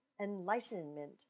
enlightenment